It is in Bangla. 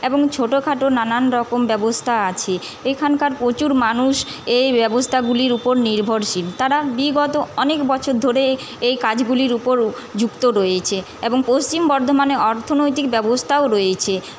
এবং ছোটোখাটো নানান রকম ব্যবস্থা আছে এখানকার প্রচুর মানুষ এই ব্যবস্থাগুলির উপর নির্ভরশীল তারা বিগত অনেক বছর ধরে এই কাজগুলির উপরও যুক্ত রয়েছে এবং পশ্চিম বর্ধমানে অর্থনৈতিক ব্যবস্থাও রয়েছে